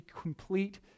complete